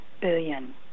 billion